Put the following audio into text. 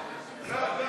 36,